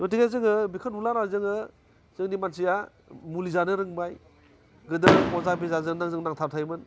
गथिखे जोङो बेखौ नुला ना जोङो जोंनि मानसिया मुलि जानो रोंबाय गोदो अजा बेजाजोंनो जोंना थाबथायोमोन